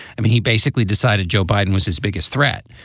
i mean, he basically decided joe biden was his biggest threat.